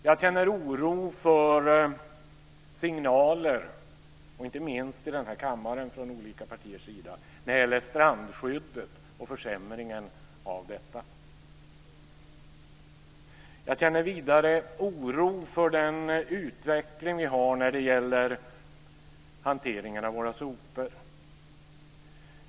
Jag känner oro för signaler, inte minst i den här kammaren från olika partiers sida, när det gäller strandskyddet och försämringen av detta. Jag känner oro för den utveckling vi har när det gäller hanteringen av våra sopor.